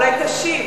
אולי תשיב,